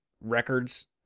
records